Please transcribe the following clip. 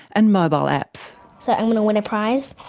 and mobile apps. so i'm gonna win a prize,